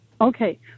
Okay